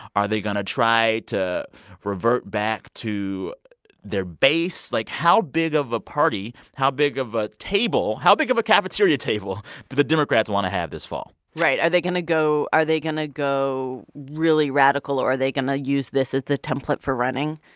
are they going to try to revert back to their base? like, how big of a party, how big of a table, how big of a cafeteria table do the democrats want to have this fall? right. are they going to go are they going to go really radical or are they going to use this as the template for running?